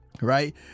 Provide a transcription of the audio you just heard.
right